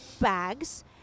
bags